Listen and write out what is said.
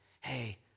hey